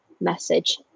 message